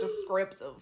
descriptive